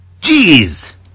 Jeez